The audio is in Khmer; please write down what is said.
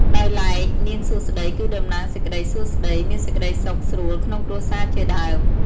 ដោយឡែកនាងសួស្តី គឺតំណាងសេចក្តីសួស្តី មានសេចក្តីសុខស្រួលក្នុងគ្រួសារជាដើម ។